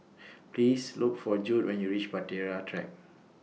Please Look For Jude when YOU REACH Bahtera Track